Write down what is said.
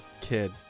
kid